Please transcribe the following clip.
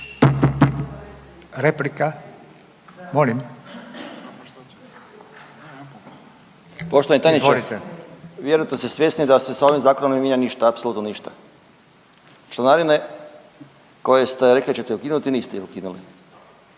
Željko (SDP)** Poštovani tajniče vjerojatno ste svjesni da se s ovim zakonom ne mijenja ništa, apsolutno ništa. Članarine koje ste rekli da ćete ukinuti niste ih ukinuli.